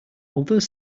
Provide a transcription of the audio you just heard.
although